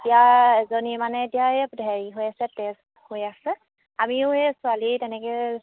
এতিয়া এজনী মানে এতিয়া এই হেৰি হৈ আছে টেষ্ট হৈ আছে আমিও এই ছোৱালী তেনেকৈ